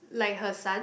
like her son